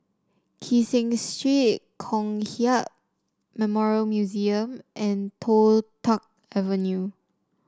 Kee Seng Street Kong Hiap Memorial Museum and Toh Tuck Avenue